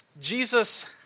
Jesus